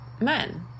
men